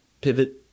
Pivot